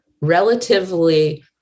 relatively